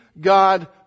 God